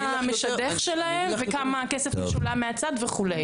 המשדך שלהם וכמה כסף משולם מהצד וכו'.